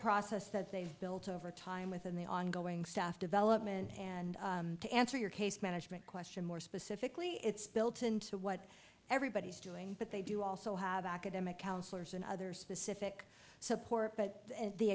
process that they've built over time with in the ongoing staff development and to answer your case management question more specifically it's built into what everybody's doing what they do also have academic counselors and other specific support but